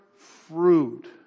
Fruit